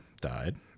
died